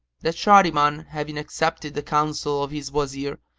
that shahriman having accepted the counsel of his wazir,